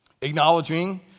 acknowledging